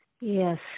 Yes